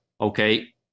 okay